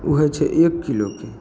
ओ होइ छै एक किलोके